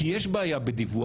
כי יש בעיה בדיווח.